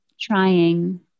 trying